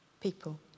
people